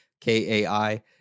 K-A-I